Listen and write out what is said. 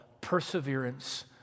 perseverance